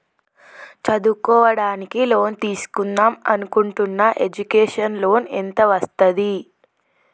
చదువుకోవడానికి లోన్ తీస్కుందాం అనుకుంటున్నా ఎడ్యుకేషన్ లోన్ ఎంత వస్తది?